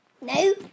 No